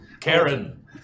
Karen